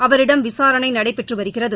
அவரிடம் விசாரணை நடைபெற்று வருகிறது